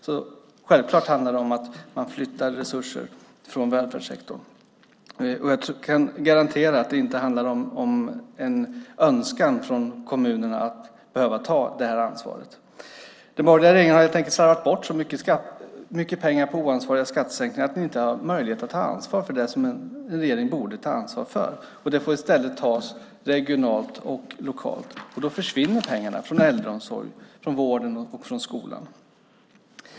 Det handlar självklart om att flytta resurser från välfärdssektorn, och jag kan garantera att det inte handlar om en önskan från kommunerna att behöva ta detta ansvar. Den borgerliga regeringen har helt enkelt slarvat bort så mycket pengar på oansvariga skattesänkningar att ni inte har möjlighet att ta ansvar för det en regering borde ta ansvar för. Detta ansvar får i stället tas regionalt och lokalt, och då försvinner pengarna från äldreomsorg, vård och skola.